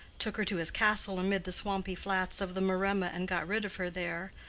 took her to his castle amid the swampy flats of the maremma and got rid of her there,